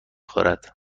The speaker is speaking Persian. خورد